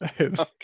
Okay